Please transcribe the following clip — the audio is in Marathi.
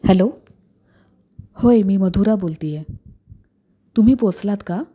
हॅलो होय मी मधुरा बोलते आहे तुम्ही पोचलात का